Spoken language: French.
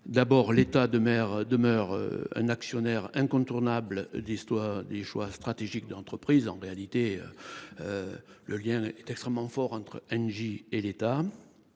de vote. L’État demeure donc un actionnaire incontournable des choix stratégiques de cette entreprise. En réalité, le lien est extrêmement fort entre Engie et l’État,